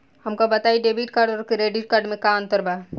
हमका बताई debit card और क्रेडिट कार्ड में का अंतर बा?